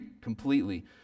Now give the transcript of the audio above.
completely